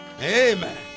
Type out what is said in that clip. Amen